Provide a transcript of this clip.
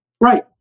Right